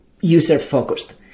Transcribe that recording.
user-focused